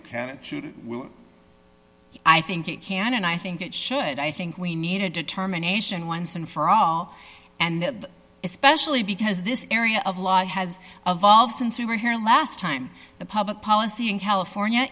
you will i think it can and i think it should i think we need a determination once and for all and especially because this area of law has evolved since we were here last time the public policy in california